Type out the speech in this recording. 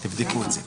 תבדקו את זה.